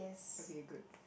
okay good